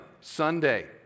Sunday